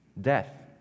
death